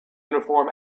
uniform